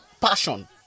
passion